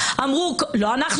התקשורת תקשיב לאן הגענו